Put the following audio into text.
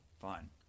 Fine